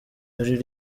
ari